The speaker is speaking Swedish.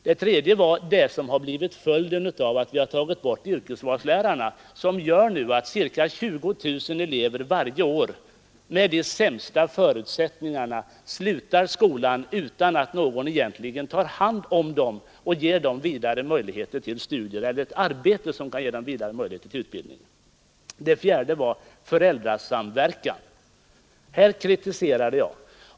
Den tredje punkten gällde det som blivit följden av att vi tagit bort yrkesvalslärarna, något som gör att ca 20 000 elever varje år — elever med de sämsta förutsättningarna — slutar skolan utan att någon egentligen tar hand om dem och ger dem möjligheter till studier eller hjälper dem till ett arbete som ger dem möjlighet till vidare utbildning. Den fjärde punkt där jag framförde kritik gällde den otillräckliga föräldrakontakten.